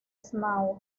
snow